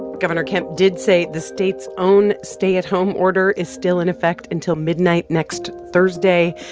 gov. and kemp did say the state's own stay-at-home order is still in effect until midnight next thursday,